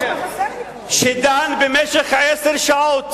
שדן במשך עשר שעות